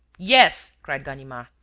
yes, cried ganimard,